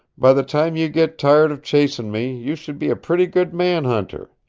by the time you get tired of chasing me you should be a pretty good man-hunter.